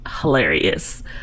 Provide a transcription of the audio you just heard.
hilarious